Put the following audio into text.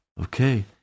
Okay